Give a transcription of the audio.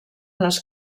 les